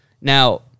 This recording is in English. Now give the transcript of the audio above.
Now